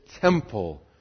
temple